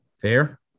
Fair